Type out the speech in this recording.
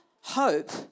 hope